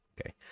okay